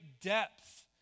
depth